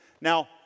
Now